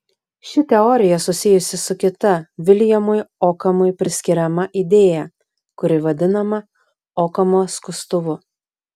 ši teorija susijusi su kita viljamui okamui priskiriama idėja kuri vadinama okamo skustuvu